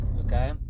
okay